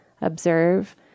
observe